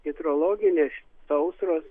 hidrologinės sausros